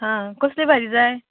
हां कसली भाजी जाय